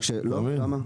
לא, למה?